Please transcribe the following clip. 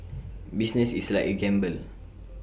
business is like A gamble